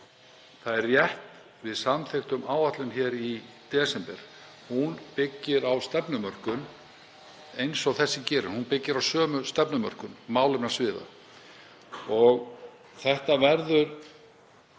Það er rétt að við samþykktum áætlun hér í desember. Hún byggir á stefnumörkun eins og þessi gerir. Hún byggir á sömu stefnumörkun málefnasviða. Þessi list